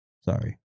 Sorry